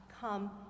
Come